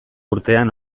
urtean